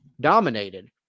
dominated